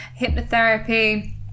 hypnotherapy